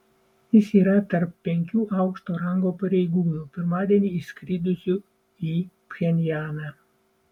jis yra tarp penkių aukšto rango pareigūnų pirmadienį išskridusių į pchenjaną